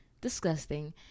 disgusting